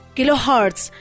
Kilohertz